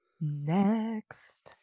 Next